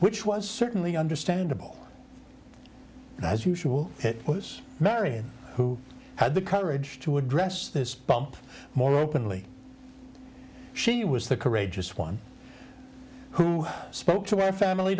which was certainly understandable and as usual it was marian who had the courage to address this bump more openly she was the courageous one who spoke to our family